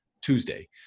Tuesday